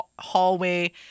hallway